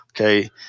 okay